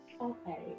Okay